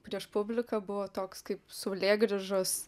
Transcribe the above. prieš publiką buvo toks kaip saulėgrįžos